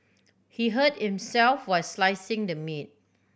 he hurt himself while slicing the meat